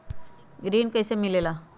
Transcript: ऋण कईसे मिलल ले?